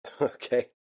Okay